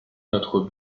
notre